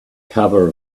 cover